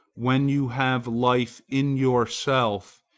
when you have life in yourself,